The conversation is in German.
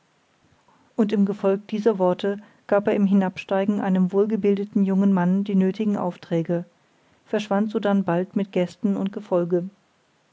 und im gefolg dieser worte gab er im hinabsteigen einem wohlgebildeten jungen mann die nötigen aufträge verschwand sodann bald mit gästen und gefolge